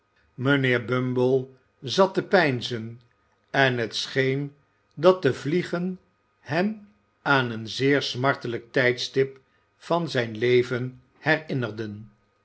mijnheer bumble zat te peinzen en het scheen dat de vliegen hem aan een zeer smartelijk tijdstip van zijn leven herinnerden